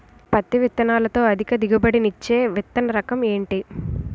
పత్తి విత్తనాలతో అధిక దిగుబడి నిచ్చే విత్తన రకం ఏంటి?